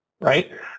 right